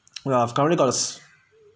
well I've currently got is